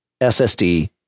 SSD